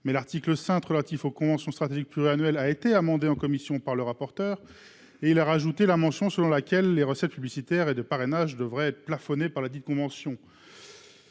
Mais l'article 5 relatif aux conventions stratégique pluriannuel a été amendé en commission par le rapporteur. Et il a rajouté la mention selon laquelle les recettes publicitaires et de parrainage devraient être plafonné par la dite convention.